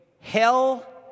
hell